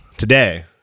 Today